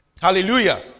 Hallelujah